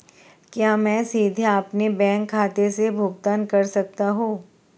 क्या मैं सीधे अपने बैंक खाते से भुगतान कर सकता हूं?